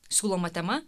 siūloma tema